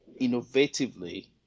innovatively